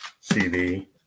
CD